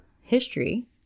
history